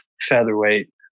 featherweight